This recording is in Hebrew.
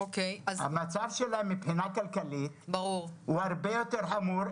המצב שלהם מבחינה כלכלית הוא הרבה יותר חמור.